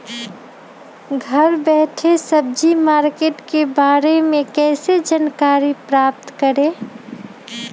घर बैठे सब्जी मार्केट के बारे में कैसे जानकारी प्राप्त करें?